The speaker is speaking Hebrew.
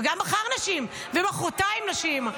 וגם מחר נשים ומוחרתיים נשים.